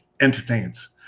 entertains